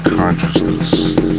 Consciousness